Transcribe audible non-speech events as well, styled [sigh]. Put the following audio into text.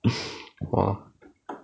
[laughs] !wah!